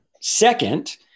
Second